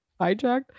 Hijacked